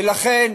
ולכן,